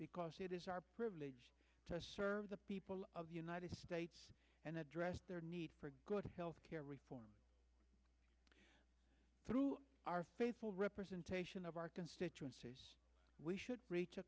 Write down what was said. because it is our privilege to serve the people of the united states and address their need for good health care reform through our faithful representation of our constituencies we should